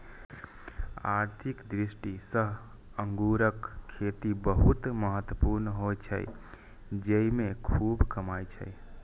आर्थिक दृष्टि सं अंगूरक खेती बहुत महत्वपूर्ण होइ छै, जेइमे खूब कमाई छै